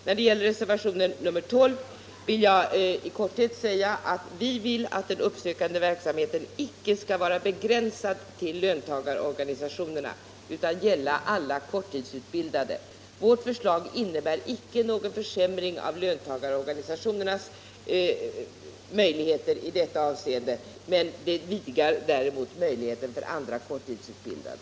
När det gäller reservationen 12 vill jag i korthet säga att vi vill att den uppsökande verksamheten icke skall vara begränsad till löntagarorganisationerna utan gälla alla korttidsutbildade: Vårt förslag innebär inte någon försämring av löntagarorganisationernas möjligheter i detta avseende, men det vidgar däremot möjligheten för andra korttidsutbildade.